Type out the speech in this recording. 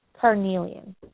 carnelian